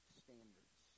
standards